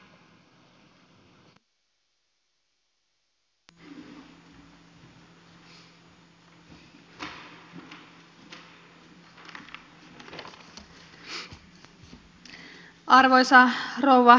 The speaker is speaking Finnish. arvoisa rouva puhemies